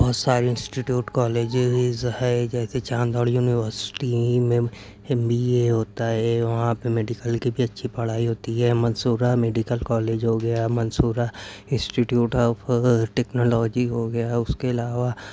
بہت سارے institute colleges ہے جیسے چاندوڑ یونیورسٹی میں ایم بی اے ہوتا ہے وہاں پہ میڈکل کی بھی اچھی پڑھائی ہوتی ہے منصورہ میڈکل کالج ہو گیا منصورہ انسٹیٹیوٹ آپ ٹیکنالوجی ہو گیا اس کے علاوہ